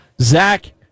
Zach